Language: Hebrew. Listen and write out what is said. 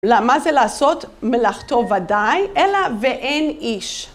מה זה לעשות? מלאכתו ודאי, אלא ואין איש.